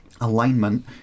alignment